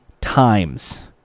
times